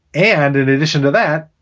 and in addition to that,